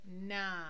Nah